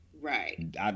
Right